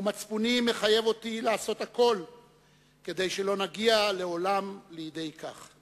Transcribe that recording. ומצפוני מחייב אותי לעשות הכול כדי שלעולם לא נגיע לידי כך.